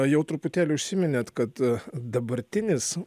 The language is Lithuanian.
jau truputėlį užsiminėt kad dabartinis